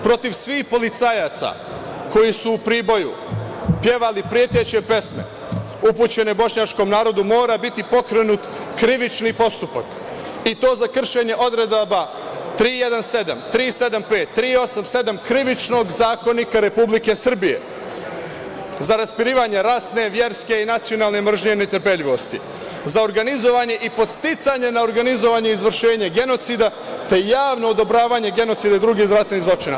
Protiv svih policajaca koji su u Priboju pevali preteće pesme upućene bošnjačkom narodu, mora biti pokrenut krivični postupak i to za kršenje odredaba 317, 375, 387, Krivičnog zakonika Republike Srbije, za raspirivanje rasne, verske i nacionalne mržnje i netrpeljivosti, za organizovanje i podsticanje neorganizovanih izvršenja genocida, te javno odobravanje genocida i drugih ratnih zločina.